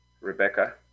Rebecca